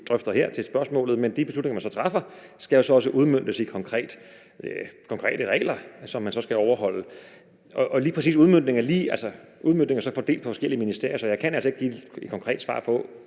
vi drøfter her i spørgsmålet – men de beslutninger, man så træffer, skal jo så også udmøntes i konkrete regler, som man skal overholde. Udmøntningen er så fordelt på forskellige ministerier, så jeg kan altså ikke give et konkret svar på,